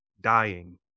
dying